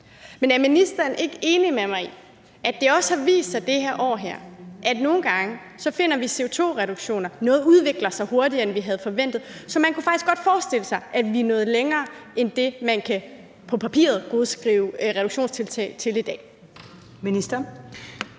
Men er ministeren ikke enig med mig i, at det også har vist sig i det her år, at vi nogle gange finder vi CO2-reduktioner, og at noget udvikler sig hurtigere, end vi havde forventet, så man faktisk godt kunne forestille sig, at vi er nået længere end det, man på papiret kan godskrive reduktionstiltag til i dag? Kl.